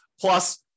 Plus